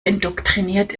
indoktriniert